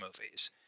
movies